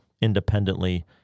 independently